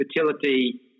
fertility